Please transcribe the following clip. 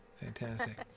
Fantastic